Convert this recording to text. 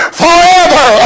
forever